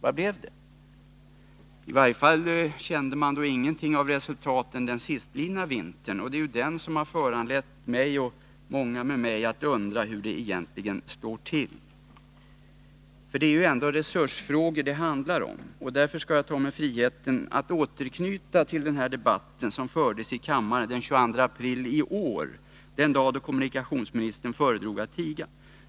Vad blev resultatet? Man kände i varje fall inte av några resultat under den sistlidna vintern, och det är det som har föranlett mig och andra att undra hur det egentligen står till. Detta handlar om resursfrågor. Därför skall jag ta mig friheten att återknyta till den debatt som fördes här i kammaren den 22 april i år — den dag då kommunikationsministern föredrog att tiga.